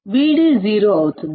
డిశూన్యం అవుతుంది